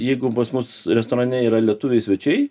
jeigu pas mus restorane yra lietuviai svečiai